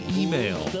email